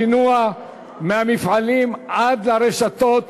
השינוע מהמפעלים עד לרשתות,